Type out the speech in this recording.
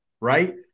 right